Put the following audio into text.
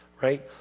right